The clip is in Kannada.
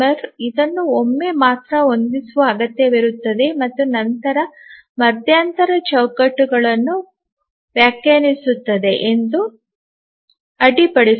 ಇದನ್ನು ಒಮ್ಮೆ ಮಾತ್ರ ಹೊಂದಿಸುವ ಅಗತ್ಯವಿರುತ್ತದೆ ಮತ್ತು ನಂತರ ಈ ಮಧ್ಯಂತರವು ಚೌಕಟ್ಟುಗಳನ್ನು ವ್ಯಾಖ್ಯಾನಿಸುತ್ತದೆ ಎಂದು ಅಡ್ಡಿಪಡಿಸುತ್ತದೆ